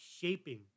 shaping